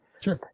Sure